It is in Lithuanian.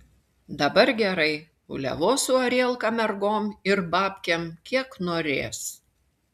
dabar gerai uliavos su arielka mergom ir babkėm kiek norės